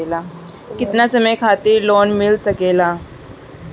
केतना समय खातिर लोन मिल सकेला?